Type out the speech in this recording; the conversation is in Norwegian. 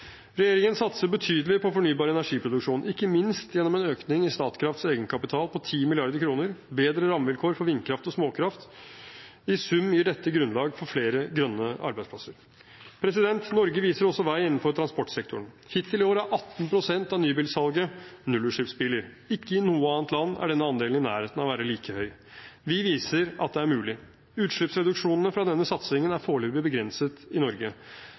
Regjeringen satser betydelig på fornybar energiproduksjon, ikke minst gjennom en økning i Statkrafts egenkapital på 10 mrd. kr og bedre rammevilkår for vindkraft og småkraft. I sum gir dette grunnlag for flere grønne arbeidsplasser. Norge viser også vei innenfor transportsektoren. Hittil i år er 18 pst. av nybilsalget nullutslippsbiler. Ikke i noe annet land er denne andelen i nærheten av å være like høy. Vi viser at det er mulig. Utslippsreduksjonene fra denne satsingen er foreløpig begrenset i Norge,